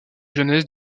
jeunesse